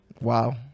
wow